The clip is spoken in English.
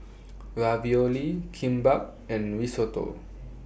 Ravioli Kimbap and Risotto